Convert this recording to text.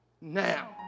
now